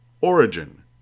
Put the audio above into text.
Origin